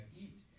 eat